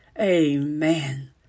Amen